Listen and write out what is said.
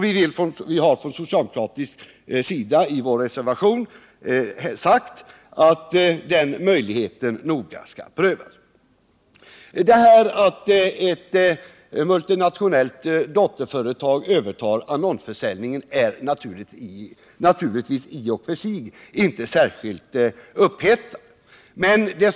Vi har från socialdemokratisk sida i vår reservation sagt att den möjligheten noga bör prövas. Att ett multinationellt dotterföretag övertar annonsförsäljningen är naturligtvis i och för sig inte särskilt upphetsande.